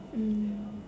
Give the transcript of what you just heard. mm